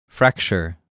Fracture